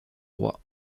roi